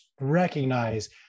recognize